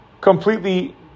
completely